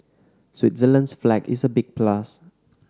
Switzerland's flag is a big plus